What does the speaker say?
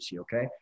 okay